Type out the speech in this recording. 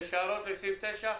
יש הערות לסעיף 9?